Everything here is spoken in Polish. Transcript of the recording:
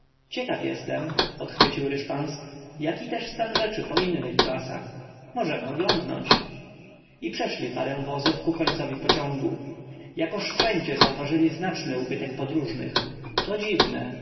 ciekaw jestem podchw ycił r yszpans jaki też stan rzeczy po innych klasach możemy oglądnąć i przeszli p arą w ozów ku końcow i pociągu jakoż wszędzie zauważyli znaczny ubytek podróżnych to dziw